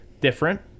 Different